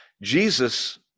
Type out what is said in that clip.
Jesus